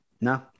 No